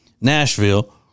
Nashville